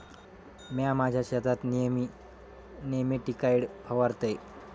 म्या माझ्या शेतात नेयमी नेमॅटिकाइड फवारतय